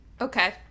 Okay